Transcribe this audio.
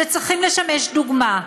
שצריכים לשמש דוגמה,